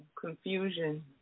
Confusion